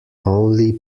only